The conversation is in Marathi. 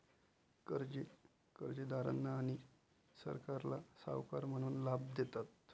कर्जे कर्जदारांना आणि सरकारला सावकार म्हणून लाभ देतात